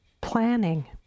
planning